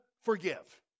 forgive